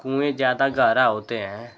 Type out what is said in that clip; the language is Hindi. कुएँ ज़्यादा गहरा होते हैं